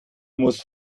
muss